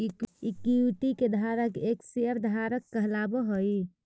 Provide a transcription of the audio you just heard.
equity के धारक एक शेयर धारक कहलावऽ हइ